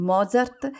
Mozart